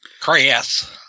Chris